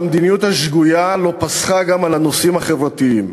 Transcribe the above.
שהמדיניות השגויה לא פסחה גם על הנושאים החברתיים.